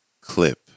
clip